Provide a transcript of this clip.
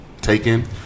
taken